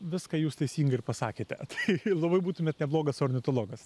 viską jūs teisingai ir pasakėte tai labai būtumėt neblogas ornitologas